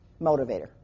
motivator